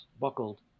buckled